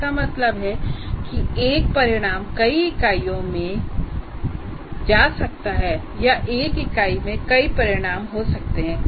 इसका मतलब है एक परिणाम कई इकाइयों में जा सकता है या एक इकाई के कई परिणाम हो सकते हैं